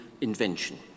invention